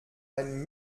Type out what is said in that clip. ein